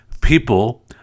People